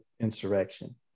Insurrection